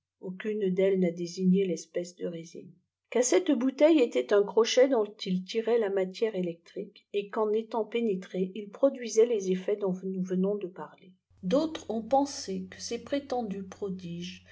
désigné l'espèce de résine qu'à cette bouteille était un crochet dont il lirait la matière électrique et qu'en étant pénétré il produmit les effets dont nous venons de parler d'autres ont pensé que ces prétendus prodiges